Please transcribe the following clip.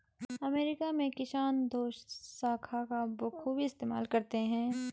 America में किसान दोशाखा का बखूबी इस्तेमाल करते हैं